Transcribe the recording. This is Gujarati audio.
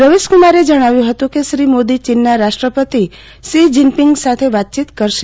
રવિશ્કમારે જણાવ્યું હતું કે શ્રી મોદી ચીનના રાષ્ટ્રપતિ શી જિનપિંગ સાથે વાતચીત કરશે